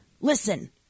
listen